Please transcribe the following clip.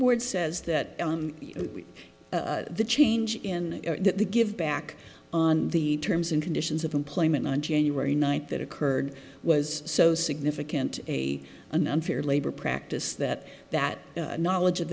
board says that the change in that they give back on the terms and conditions of employment on january ninth that occurred was so significant a an unfair labor practice that that knowledge of